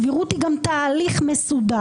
סבירות היא גם תהליך מסודר,